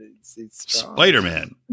Spider-Man